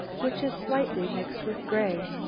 which is slightly mixed with grey.